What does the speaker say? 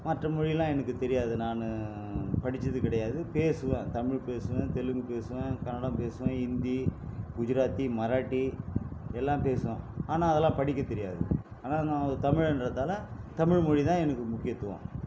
மற்ற மொழியெலாம் எனக்கு தெரியாது நான் படித்தது கிடையாது பேசுவேன் தமிழ் பேசுவேன் தெலுங்கு பேசுவேன் கன்னடம் பேசுவேன் இந்தி குஜராத்தி மராட்டி எல்லாம் பேசுவேன் ஆனால் அதெலாம் படிக்க தெரியாது ஆனால் நான் ஒரு தமிழன்றதாலே தமிழ்மொழி தான் எனக்கு முக்கியத்துவம்